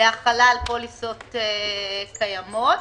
להחלה על פוליסות קיימות.